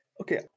Okay